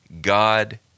God